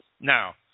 Now